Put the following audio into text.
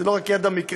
זה לא רק יד המקרה,